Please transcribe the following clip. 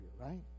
right